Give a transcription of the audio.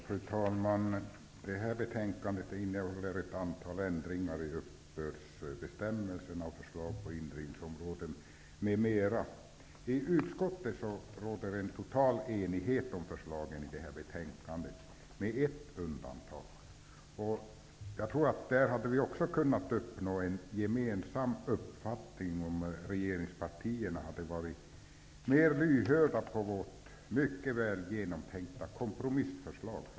Fru talman! Detta betänkande behandlar ett antal ändringar av uppbördsbestämmelserna samt förslag på indrivningsområdet m.m. I utskottet råder med ett undantag en total enighet om förslagen i detta betänkande. Jag tror att vi även där hade kunnat nå fram till en gemensam uppfattning om regeringspartierna hade varit mer lyhörda till vårt mycket väl genomtänkta kompromissförslag.